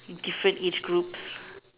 different age groups